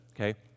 okay